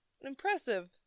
Impressive